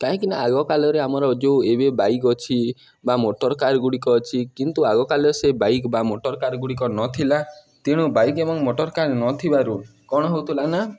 କାହିଁକିନା ଆଗକାଳରେ ଆମର ଯେଉଁ ଏବେ ବାଇକ୍ ଅଛି ବା ମୋଟର କାର୍ ଗୁଡ଼ିକ ଅଛି କିନ୍ତୁ ଆଗକାଳରେ ସେ ବାଇକ୍ ବା ମୋଟର କାର୍ ଗୁଡ଼ିକ ନଥିଲା ତେଣୁ ବାଇକ୍ ଏବଂ ମୋଟର କାର୍ ନଥିବାରୁ କ'ଣ ହେଉଥିଲା ନା